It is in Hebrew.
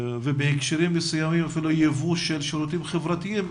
ובהקשרים מסוימים היא ייבוא אפילו של שירותים חברתיים,